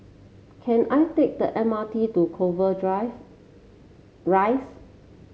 can I take the M R T to Clover Rise